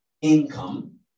income